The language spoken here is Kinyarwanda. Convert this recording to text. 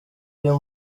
uyu